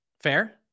Fair